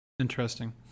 interesting